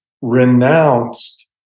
renounced